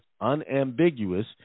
unambiguous